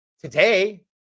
Today